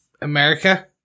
America